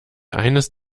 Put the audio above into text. eines